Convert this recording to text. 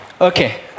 Okay